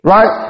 Right